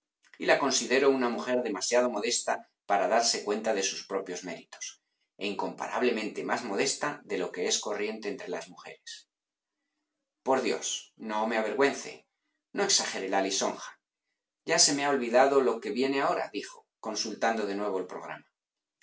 y la considero una mujer demasiado modesta para darse cuenta de sus propios méritos e incomparablemente más modesta de lo que es corriente entre las mujeres por dios no me avergüence no exagere la lisonja ya se me ha olvidado lo que viene ahoradijo consultando de nuevo el programa